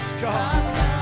God